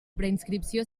preinscripció